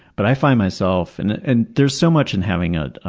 but i find myself and and there is so much in having a